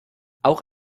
auch